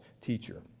teacher